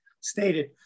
stated